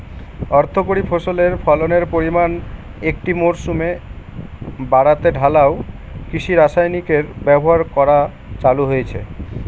অর্থকরী ফসলের ফলনের পরিমান একটি মরসুমে বাড়াতে ঢালাও কৃষি রাসায়নিকের ব্যবহার করা চালু হয়েছে